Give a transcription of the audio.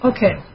Okay